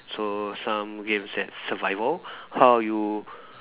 so some games that survival how you